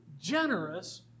generous